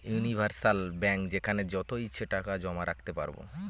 universal bank যেখানে যত ইচ্ছে টাকা জমা রাখতে পারবো